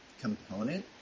component